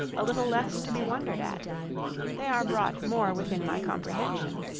a little less to be wondered at they are brought more within my comprehension.